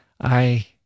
I